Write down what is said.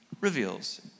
reveals